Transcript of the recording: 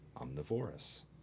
omnivorous